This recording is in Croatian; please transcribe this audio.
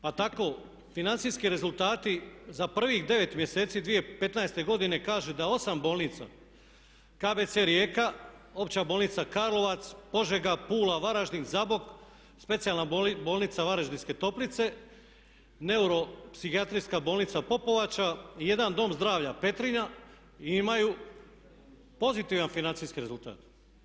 Pa tako financijski rezultati za prvih 9 mjeseci 2015. godine kaže da 8 bolnica KBC Rijeka, Opća bolnica Karlovac, Požega, Pula, Varaždin, Zabok, Specijalna bolnica Varaždinske toplice, Neuropsihijatrijska bolnica Popovača i jedan Dom zdravlja Petrinja imaju pozitivan financijski rezultat.